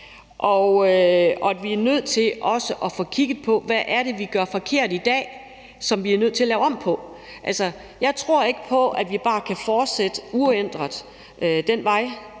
og at vi også er nødt til at få kigget på, hvad det er, vi gør forkert i dag, som vi er nødt til at lave om på. Jeg tror ikke på, at vi bare kan fortsætte uændret ad den vej,